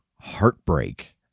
heartbreak